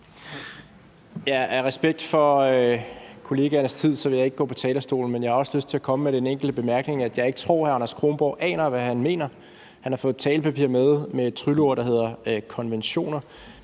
Af respekt for mine kollegaers tid vil jeg ikke gå på talerstolen, men jeg har dog lyst til at komme med den enkelte bemærkning, at jeg ikke tror, at hr. Anders Kronborg aner, hvad han mener. Han har fået et talepapir med med et trylleord, der hedder konventioner,